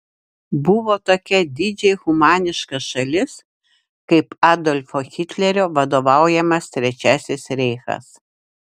buvo tokia didžiai humaniška šalis kaip adolfo hitlerio vadovaujamas trečiasis reichas